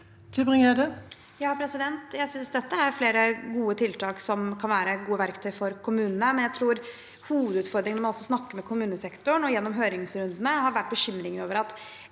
(H) Jeg synes det er flere gode tiltak som kan være gode verktøy for kommunene, men jeg tror hovedutfordringen når man snakker med kommunesektoren, og gjennom høringsrundene, har vært bekymringer over at